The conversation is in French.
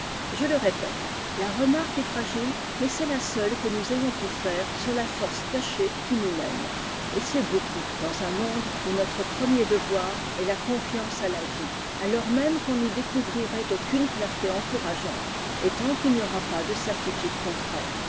je le répète la remarque est fragile mais c'est la seule que nous ayons pu faire sur la force cachée qui nous mène et c'est beaucoup dans un monde où notre premier devoir est la confiance à la vie alors même qu'on n'y découvrirait aucune clarté encourageante et tant qu'il n'y aura pas de certitude contraire